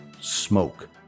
Smoke